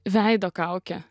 veido kaukė